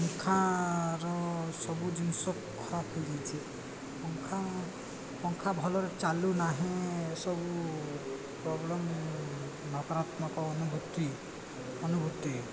ମୁଙ୍ଖାର ସବୁ ଜିନିଷ ଖରାପ ହୋଇଯାଇଛି ପଙ୍ଖା ପଙ୍ଖା ଭଲରେ ଚାଲୁ ନାହିଁ ସବୁ ପ୍ରୋବ୍ଲେମ୍ ନକାରାତ୍ମକ ଅନୁଭୂତି ଅନୁଭୂତି